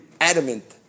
adamant